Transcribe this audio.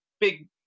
big